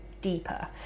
deeper